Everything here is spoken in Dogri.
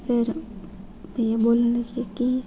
फिर भइया बोलन लग्गे की